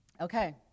Okay